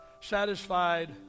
satisfied